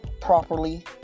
properly